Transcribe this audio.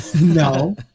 no